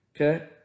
Okay